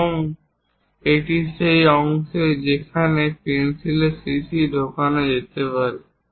এবং এটি সেই অংশ যেখানে পেন্সিল সীসা ঢোকানো যেতে পারে